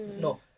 No